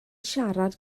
siarad